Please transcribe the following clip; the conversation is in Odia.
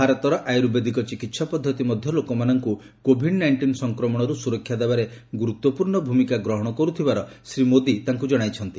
ଭାରତର ଆୟୁର୍ବେଦିକ ଚିକିତ୍ସା ପଦ୍ଧତି ମଧ୍ୟ ଲୋକମାନଙ୍କୁ କୋଭିଡ୍ ନାଇଷ୍ଟିନ୍ ସଂକ୍ରମଣରୁ ସୁରକ୍ଷା ଦେବାରେ ଗୁରୁତ୍ୱପୂର୍ଣ୍ଣ ଭୂମିକା ଗ୍ରହଣ କରୁଥିବାର ଶ୍ରୀ ମୋଦି ତାଙ୍କୁ ଜଣାଇଛନ୍ତି